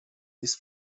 this